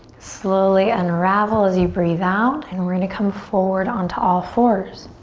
slowly unravel as you breathe out and we're going to come forward onto all fours.